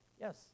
yes